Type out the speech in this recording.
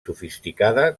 sofisticada